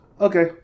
Okay